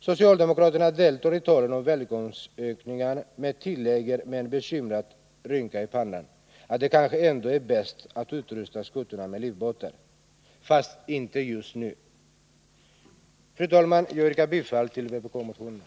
Socialdemokraterna deltar i valen och välgångsönskningarna men tillägger med en bekymrad rynka i pannan, att det kanske ändå är bäst att utrusta skutorna med livbåtar. Fast inte just nu. Fru talman! Jag yrkar bifall till vpk-motionerna.